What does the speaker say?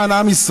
למען עם ישראל.